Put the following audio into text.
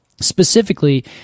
specifically